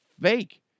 fake